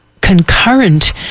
concurrent